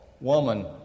woman